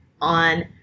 on